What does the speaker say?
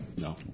no